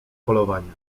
polowanie